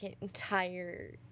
entire